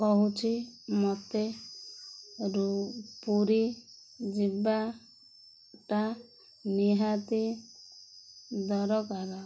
କହୁଛି ମୋତେ ରୁ ପୁରୀ ଯିବାଟା ନିହାତି ଦରକାର